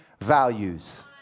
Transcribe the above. Values